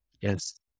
Yes